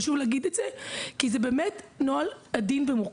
חשוב להגיד את זה כי זה באמת נוהל עדין ומורכב.